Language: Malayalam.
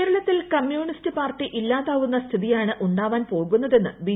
കേരളത്തിൽ കമ്യൂണിസ്റ്റ് പാർട്ടി ഇല്ലാതാവുന്ന സ്ഥിതിയാണ് ഉണ്ടാവാൻ പോകുന്നതെന്ന് ബി